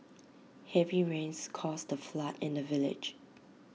heavy rains caused A flood in the village